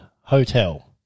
Hotel